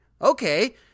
Okay